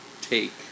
take